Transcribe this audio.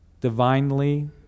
divinely